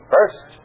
First